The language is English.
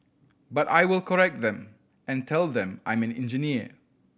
but I will correct them and tell them I'm an engineer